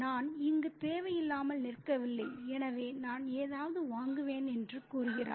நான் இங்கு தேவையில்லாமல் நிற்கவில்லை எனவே நான் ஏதாவது வாங்குவேன் என்று கூறுகிறார்